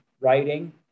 writing